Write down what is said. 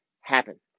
happen